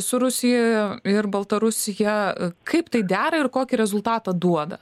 su rusija ir baltarusija kaip tai dera ir kokį rezultatą duoda